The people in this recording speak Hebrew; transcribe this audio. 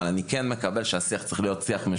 אבל אני כן מקבל את זה שהשיח צריך להיות משותף.